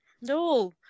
no